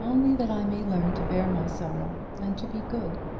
only that i may learn to bear my sorrow and to be good.